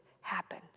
happen